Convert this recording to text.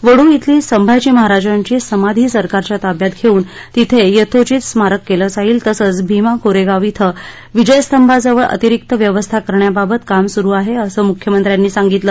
वढू िली संभाजी महाराजांची समाधी सरकारच्या ताब्यात घेऊन तथे यथोचित स्मारक केलं जाईल तसंच भीमा कोरेगाव िक्वे विजयस्तंभाजवळ अतिरिक्त व्यवस्था करण्याबाबत काम सुरू आहे असं मुख्यमंत्र्यांनी सांगितलं